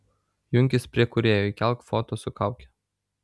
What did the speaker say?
junkis prie kūrėjų įkelk foto su kauke